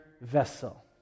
vessel